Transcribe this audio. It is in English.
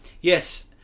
yes